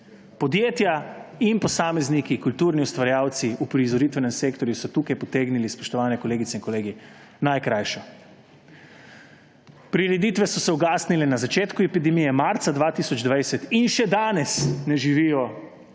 Podjetja in posamezniki, kulturni ustvarjalci v uprizoritvenem sektorju so tukaj potegnili, spoštovane kolegice in kolegi, najkrajšo. Prireditve so se ugasnile na začetku epidemije marca 2020 in še danes ne živijo v